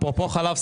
אפרופו חלב,